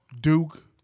Duke